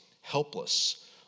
helpless